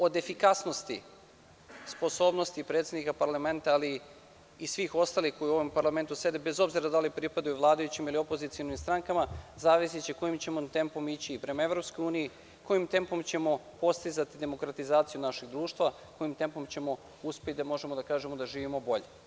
Od efikasnosti, sposobnosti predsednika parlamenta, ali i svih ostalih koji u ovom parlamentu sede, bez obzira da li pripadaju vladajućim ili opozicionim strankama, zavisiće kojim ćemo tempom ići i prema EU, kojim tempom ćemo postizati demokratizaciju našeg društva, kojim tempom ćemo uspeti da možemo da kažemo da živimo bolje.